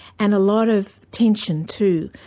and a lot of tension, too,